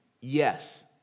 yes